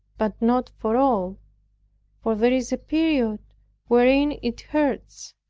but not for all for there is a period wherein it hurts,